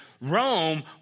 Rome